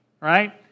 right